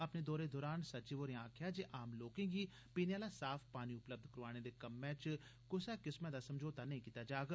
अपने दौरे दौरान सचिव होरें आखेआ जे आम लोकें गी पीने आह्ला साफ पानी उपलब्ध करोआने दे कम्मै च कुसा किस्मा दा समझौता नेई कीता जाग